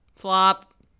flop